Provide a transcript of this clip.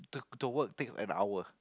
the work takes an hour